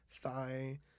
thigh